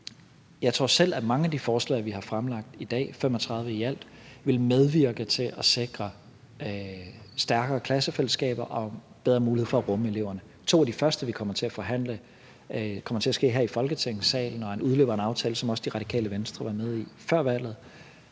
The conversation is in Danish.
Jeg tror selv, at mange af de forslag, vi har fremlagt i dag, 35 i alt, vil medvirke til at sikre stærkere klassefællesskaber og bedre mulighed for at rumme eleverne. To af de første, vi kommer til at forhandle om her i Folketingssalen, er udløbere af en aftale, som også Radikale Venstre var med i før valget,